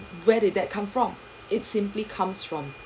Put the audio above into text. where did that come from it simply comes from